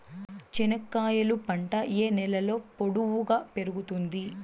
చెనక్కాయలు పంట ఏ నేలలో పొడువుగా పెరుగుతుంది?